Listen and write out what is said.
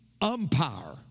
umpire